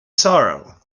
sorrow